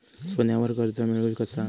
सोन्यावर कर्ज मिळवू कसा?